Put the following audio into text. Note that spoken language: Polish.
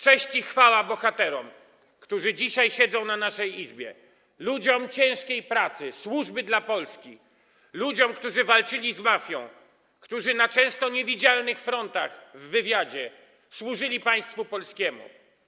Cześć i chwała bohaterom, którzy dzisiaj siedzą w naszej Izbie, ludziom ciężkiej pracy, służby dla Polski, ludziom, którzy walczyli z mafią, którzy na często niewidzialnych frontach w wywiadzie służyli państwu polskiemu!